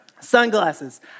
Sunglasses